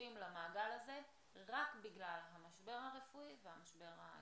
שמתווספים למעגל הזה רק בגלל המשבר הרפואי והמשבר הכלכלי.